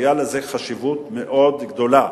היתה לזה חשיבות מאוד גדולה,